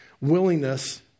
willingness